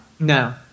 No